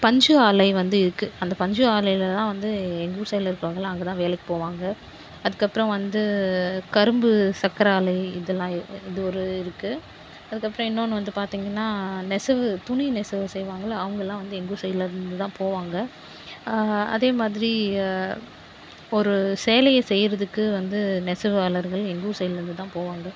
பஞ்சு ஆலை வந்து இருக்கு அந்த பஞ்சு ஆலையில தான் வந்து எங்கள் ஊர் சைடில் இருக்கவங்கயெல்லாம் அங்க தான் வேலைக்கு போவாங்க அதுக்கு அப்புறம் வந்து கரும்பு சக்கரை ஆலை இதெல்லாம் இது ஒரு இருக்கு அதுக்கு அப்புறம் இன்னொன்னு வந்து பார்த்திங்கன்னா நெசவு துணி நெசவு செய்வாங்கள்ல அவங்கெல்லாம் வந்து எங்கள் ஊர் சைடுலேருந்து தான் போவாங்க அதே மாதிரி ஒரு சேலையை செய்யறதுக்கு வந்து நெசவாளர்கள் எங்கள் ஊர் சைடுலேருந்து தான் போவாங்க